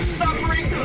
suffering